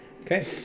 Okay